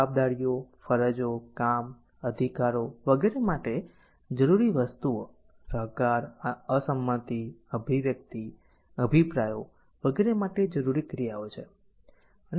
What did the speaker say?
જવાબદારીઓ ફરજો કામ અધિકારો વગેરે માટે જરૂરી વસ્તુઓ સહકાર અસંમતિ અભિવ્યક્તિ અભિપ્રાયો વગેરે માટે જરૂરી ક્રિયાઓ છે